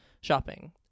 shopping